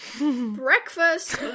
breakfast